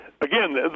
again